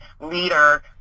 leader